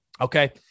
Okay